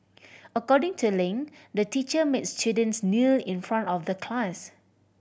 according to Ling the teacher made students kneel in front of the class